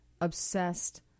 obsessed